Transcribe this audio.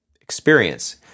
experience